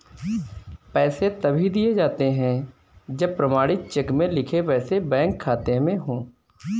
पैसे तभी दिए जाते है जब प्रमाणित चेक में लिखे पैसे बैंक खाते में हो